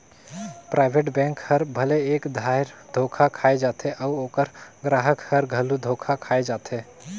private bank हर भले एक धाएर धोखा खाए जाथे अउ ओकर गराहक हर घलो धोखा खाए जाथे